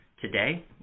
today